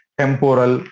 temporal